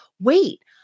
wait